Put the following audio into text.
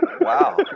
Wow